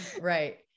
right